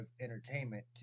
entertainment